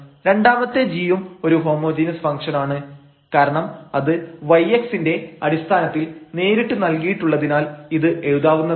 രണ്ടാമത്തെ g യും ഒരു ഹോമോജീനസ് ഫംഗ്ഷൻ ആണ് കാരണം അത് yx ന്റെ അടിസ്ഥാനത്തിൽ നേരിട്ട് നൽകിയിട്ടുള്ളതിനാൽ ഇത് എഴുതാവുന്നതാണ്